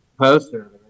poster